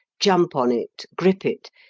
jump on it, grip it,